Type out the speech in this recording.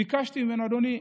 וביקשתי ממנו: אדוני,